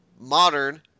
modern